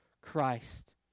Christ